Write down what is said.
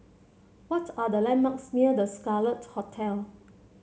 what are the landmarks near The Scarlet Hotel